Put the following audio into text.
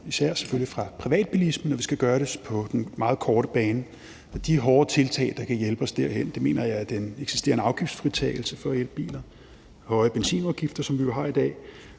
selvfølgelig især fra privatbilismen, og vi skal gøre det på den meget korte bane. De hårde tiltag, der kan hjælpe os derhen, mener jeg bl.a. er den eksisterende afgiftsfritagelse for elbiler, høje benzinafgifter, som vi jo har i dag,